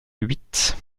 huit